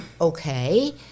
okay